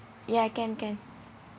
ya can can